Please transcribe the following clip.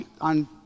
on